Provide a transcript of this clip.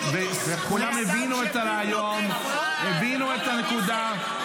כולם הבינו את הרעיון, הבינו את הנקודה.